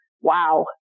wow